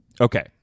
okay